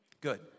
Good